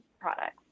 products